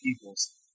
peoples